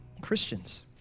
Christians